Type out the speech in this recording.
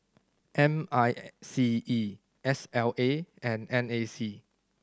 M I C E S L A and N A C